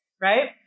right